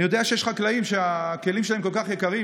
אני יודע שיש חקלאים שהכלים שלהם כל כך יקרים,